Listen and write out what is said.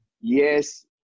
Yes